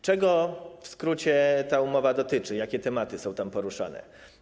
Czego w skrócie ta umowa dotyczy, jakie tematy są tam poruszane?